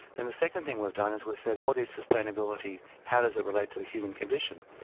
and the second thing we've done is we've said, what is sustainability? how does it relate to the human condition?